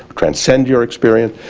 transcend your experience?